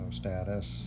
status